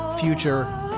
future